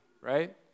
right